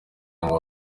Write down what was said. ngo